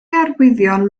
arwyddion